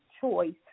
choice